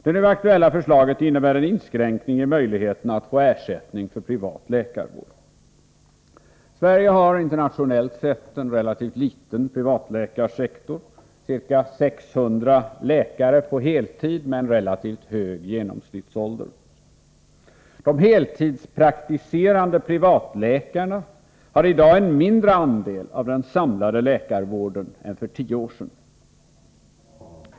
Det nu aktuella förslaget innebär en inskränkning i möjligheten att få ersättning för privat läkarvård. Sverige har internationellt sett en relativt liten privatläkarsektor, ca 600 läkare på heltid med en relativt hög genomsnittsålder. De heltidspraktiserande privatläkarna har i dag en mindre andel av den samlade läkarvården än för 10 år sedan.